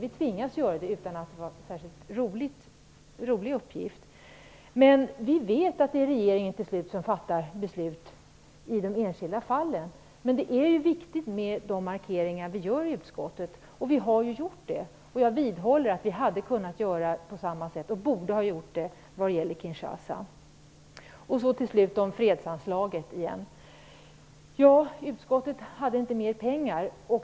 Vi tvingas göra det, även om vi inte tycker att det är en särskilt rolig uppgift. Men vi vet att det till slut är regeringen som fattar beslut i de enskilda fallen. Ändå är det viktigt med de markeringar vi gör i utskottet och vi har ju gjort sådana. Jag vidhåller att vi hade kunnat göra på samma sätt och borde ha gjort det vad gäller Kinshasa. Till slut vill jag ta upp fredsanslaget igen. Utskottet hade inte mer pengar.